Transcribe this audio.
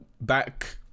back